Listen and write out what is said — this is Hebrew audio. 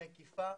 מקיפה,